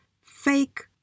fake